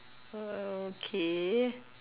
uh okay